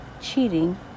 cheating